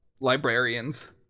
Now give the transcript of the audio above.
librarians